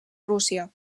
rússia